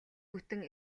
бүтэн